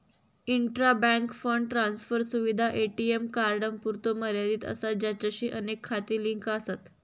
intra bank fund transfer सुविधा ATM कार्डांपुरतो मर्यादित असा ज्याचाशी अनेक खाती लिंक आसत